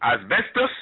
Asbestos